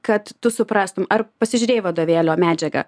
kad tu suprastum ar pasižiūrėjai vadovėlio medžiagą